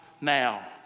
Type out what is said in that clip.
now